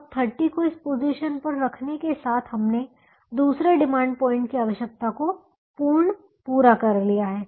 अब 30 को इस पोजीशन पर रखने के साथ हमने दूसरे डिमांड पॉइंट की आवश्यकता को पूर्ण पूरा कर लिया है